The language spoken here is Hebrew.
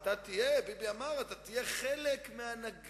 אתה רוצה לדווח לעם?